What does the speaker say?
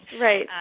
Right